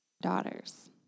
daughters